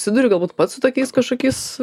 susiduri galbūt pats su tokiais kažkokiais